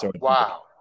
wow